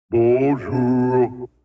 Bonjour